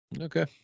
okay